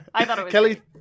kelly